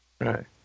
Right